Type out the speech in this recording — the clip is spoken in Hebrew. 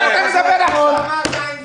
------ למען הסדר הטוב,